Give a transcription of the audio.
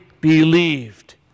believed